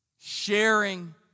sharing